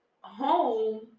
home